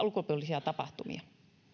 ulkopuolisia tapahtumia